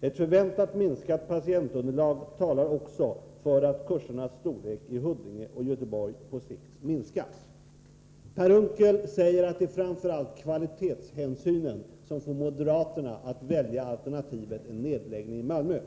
Ett förväntat minskat patientunderlag talar också för att kursernas storlek i Huddinge och Göteborg på sikt minskas.” Per Unckel säger att det framför allt är kvalitetshänsynen som får moderaterna att välja alternativet en nedläggning i Malmö.